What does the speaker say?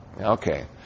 Okay